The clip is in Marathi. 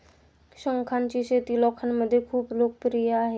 शंखांची शेती लोकांमध्ये खूप लोकप्रिय आहे